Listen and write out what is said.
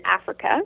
Africa